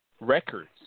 Records